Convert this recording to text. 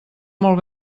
molt